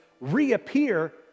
reappear